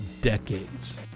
decades